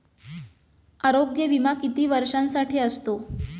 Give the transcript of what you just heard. आरोग्य विमा किती वर्षांसाठी असतो?